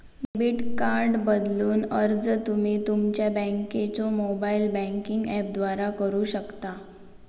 debit card बदलूक अर्ज तुम्ही तुमच्यो बँकेच्यो मोबाइल बँकिंग ऍपद्वारा करू शकता